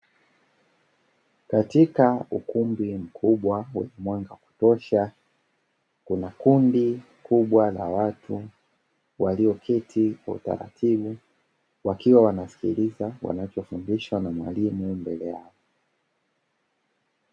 Katika ukumbi mkubwa wenye mwanga wa kutosha, kuna kundi kubwa la watu walioketi kwa utaratibu wakiwa wanasikiliza wanachofundishwa na mwalimu mbele yao.